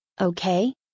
Okay